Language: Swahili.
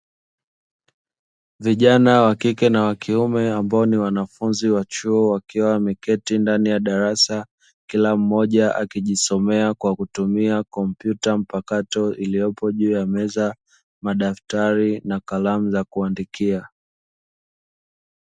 Vijana wa kike na wa kiume ambao ni wanafunzi wa chuo wakiwa wameketi ndani ya darasa, vkila mmoja akijisomea kwa kutumia kompyuta mpakato iliyopo juu ya meza madaftari na kalamu za kuandikia.